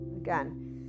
again